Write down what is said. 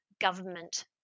government